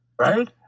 Right